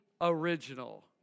original